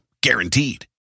Guaranteed